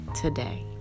today